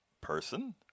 person